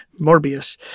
Morbius